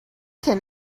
can